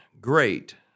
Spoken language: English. Great